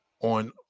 on